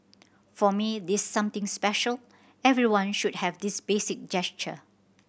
for me this something special everyone should have this basic gesture